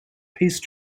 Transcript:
peace